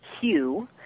Hugh